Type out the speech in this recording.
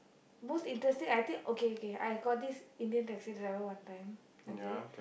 most interesting I think okay okay I got this Indian taxi driver one time okay